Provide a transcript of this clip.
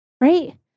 Right